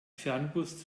fernbus